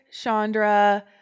Chandra